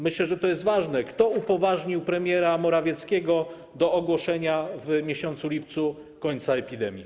Myślę, że to jest ważne: Kto upoważnił premiera Morawieckiego do ogłoszenia w miesiącu lipcu końca epidemii?